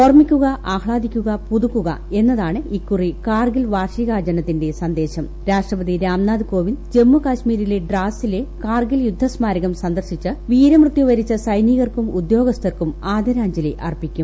ഓർമ്മിക്കുക ആഫ്താദിക്കുക പുതുക്കുക എന്നതാണ് ഇക്കുറി കാർഗിൽ വാർഷികാചരണത്തിന്റെ സന്ദേശം പ്രി രാഷ്ട്രപതി രാംനാഥ് കോവിന്ദ് ജമ്മു കാശ്മീരിലെ ഡ്രാസിലെ കാർഗിൽ യുദ്ധസ്മാരകം സന്ദർശിച്ച് വീരമൃത്യു വരിച്ച സൈന്ദിക്ടർക്കും ഉദ്യോഗസ്ഥർക്കും ആദരാഞ്ജലി അർപ്പിക്കും